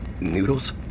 Noodles